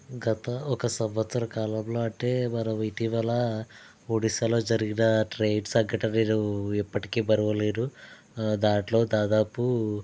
గత ఒక సంవత్సర కాలంలో అంటే మనం ఇటీవల ఒడిస్సాలో జరిగిన ట్రైన్ సంఘటన నేను ఎప్పటికి మరవలేరు దాంట్లో దాదాపు